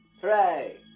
Hooray